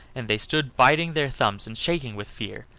and they stood biting their thumbs and shaking with fear.